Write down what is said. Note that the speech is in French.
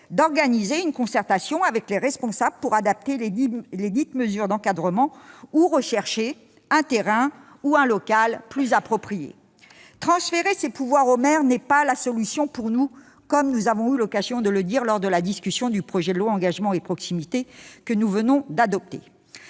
d'organiser une concertation avec les responsables pour adapter lesdites mesures d'encadrement ou rechercher un terrain ou un local plus approprié. Pour nous, transférer ces pouvoirs au maire n'est pas la solution, comme nous avons eu l'occasion de le souligner lors de la discussion du projet de loi Engagement et proximité, que nous venons d'adopter.